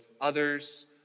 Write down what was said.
others